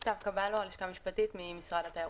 שמי סתיו קבלו, הלשכה המשפטית, ממשרד התיירות.